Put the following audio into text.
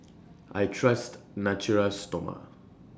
I Trust Natura Stoma